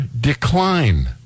decline